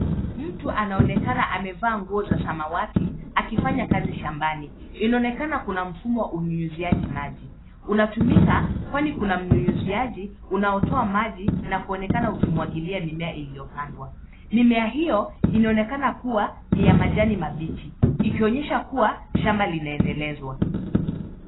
Mtu anaonekana amevaa nguo za samawati akifanya kazi shambani. Inaonekana kuna mfumo wa unyunyiziaji maji. Unatumika kwani kuna mnyunyiziaji unaotoa maji na kuonekana ukimwagilia mimea iliyopandwa. Mimea hiyo inaonekana kuwa ni ya majani mabichi ikionyesha kuwa shamba linaendelezwa.